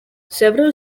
several